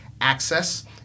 access